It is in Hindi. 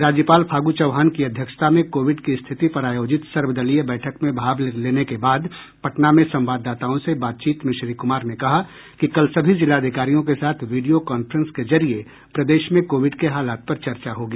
राज्यपाल फागू चौहान की अध्यक्षता में कोविड की स्थिति पर आयोजित सर्वदलीय बैठक में भाग लेने के बाद पटना में संवाददाताओं से बातचीत में श्री कुमार ने कहा कि कल सभी जिलाधिकारियों के साथ वीडियो कांफ्रेंस के जरिये प्रदेश में कोविड के हालात पर चर्चा होगी